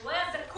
כשהוא היה זקוק